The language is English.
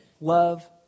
love